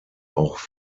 auch